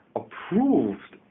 approved